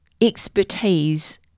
expertise